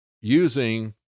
using